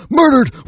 murdered